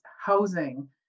housing